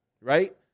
Right